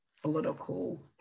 political